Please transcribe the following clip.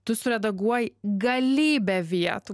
tu suredaguoji galybę vietų